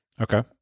Okay